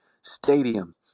stadium